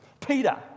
Peter